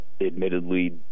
admittedly